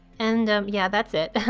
and yeah that's it,